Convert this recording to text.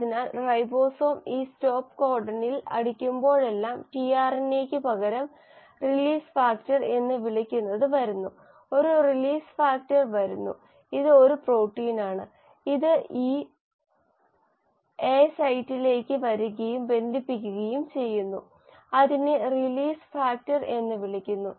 അതിനാൽ റൈബോസോം ഈ സ്റ്റോപ്പ് കോഡണിൽ അടിക്കുമ്പോഴെല്ലാം ടിആർഎൻഎയ്ക്ക് പകരം "റിലീസ് ഫാക്ടർ" എന്ന് വിളിക്കുന്നത് വരുന്നു ഒരു റിലീസ് ഫാക്ടർ വരുന്നു ഇത് ഒരു പ്രോട്ടീനാണ് ഇത് ഈ എ സൈറ്റിലേക്ക് വരികയും ബന്ധിപ്പിക്കുകയും ചെയ്യുന്നു അതിനെ റിലീസ് ഫാക്ടർ എന്ന് വിളിക്കുന്നു